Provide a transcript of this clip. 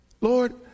Lord